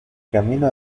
camino